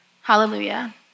Hallelujah